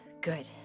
Good